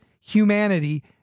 humanity